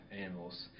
animals